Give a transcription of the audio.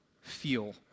feel